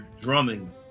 drumming